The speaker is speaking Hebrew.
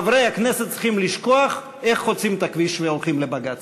חברי הכנסת צריכים לשכוח איך חוצים את הכביש והולכים לבג"ץ.